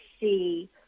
see